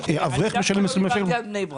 אני דווקא לא דיברתי על בני ברק.